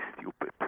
stupid